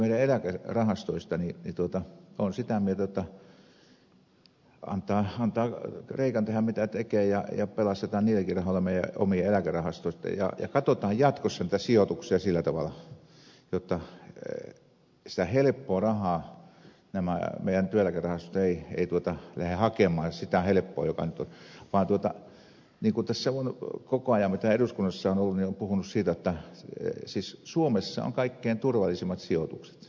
sitten näistä meidän eläkerahastoistamme olen sitä mieltä jotta antaa kreikan tehdä mitä tekee ja pelastetaan niilläkin rahoilla meidän omia eläkerahastoja ja katsotaan jatkossa niitä sijoituksia sillä tavalla jotta sitä helppoa rahaa nämä meidän työeläkerahastomme eivät lähde hakemaan sitä helppoa joka nyt on tässä vaan niin kuin koko ajan mitä eduskunnassa olen ollut olen puhunut jotta siis suomessa on kaikkein turvallisimmat sijoitukset